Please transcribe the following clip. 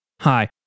Hi